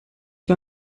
war